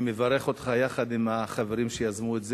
אני מברך אותך, יחד עם החברים שיזמו את זה.